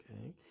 Okay